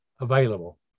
available